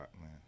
man